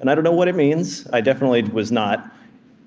and i don't know what it means i definitely was not